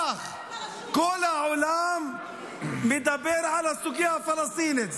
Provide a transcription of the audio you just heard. כך, כל העולם מדבר על הסוגיה הפלסטינית.